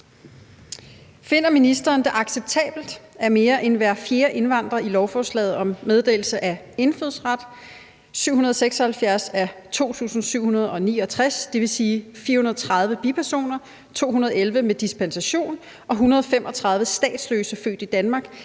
Finder ministeren det acceptabelt, at mere end hver fjerde indvandrer i lovforslaget om meddelelse af indfødsret, 776 af 2.769, dvs. 430 bipersoner, 211 med dispensation og 135 statsløse født i Danmark,